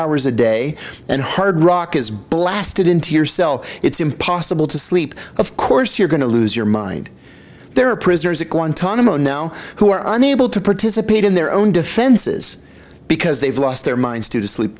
hours a day and hard rock is blasted into your cell it's impossible to sleep of course you're going to lose your mind there are prisoners at guantanamo now who are unable to participate in their own defenses because they've lost their minds to sleep